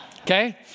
Okay